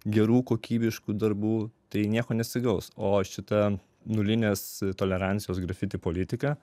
gerų kokybiškų darbų tai nieko nesigaus o šita nulinės tolerancijos grafiti politika